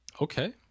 Okay